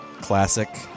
Classic